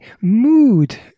mood